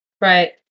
Right